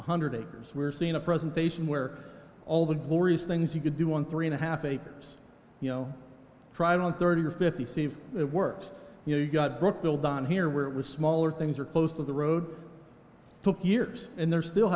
hundred acres we're seeing a presentation where all the glorious things you could do one three and a half acres you know try it on thirty or fifty see if it works you know you've got brooksville done here where it was smaller things are close to the road took years and they're still